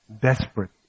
desperate